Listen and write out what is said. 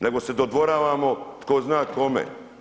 Nego se dodvoravamo tko zna kome.